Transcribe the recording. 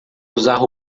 usar